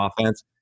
offense